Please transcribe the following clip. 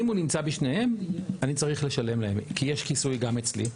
אם הוא נמצא בשניהם אני צריך לשלם להם כי יש כיסוי גם אצלי,